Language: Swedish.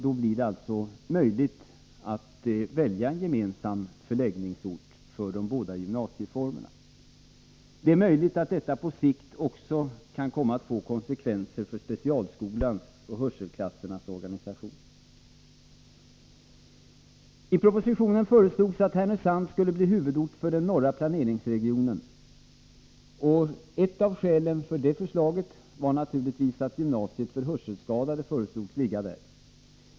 Då blir det möjligt att välja en gemensam förläggningsort för de båda gymnasieformerna. Det är möjligt att detta på sikt också kan komma att få konsekvenser för specialskolans och hörselklassernas organisation. I propositionen har föreslagits att Härnösand skulle bli huvudort för den norra planeringsregionen. Ett av skälen härtill var naturligtvis att gymnasiet för hörselskadade föreslogs ligga där.